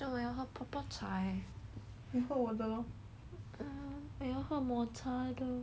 我要喝抹茶的